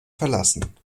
verlassen